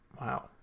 Wow